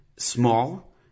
Small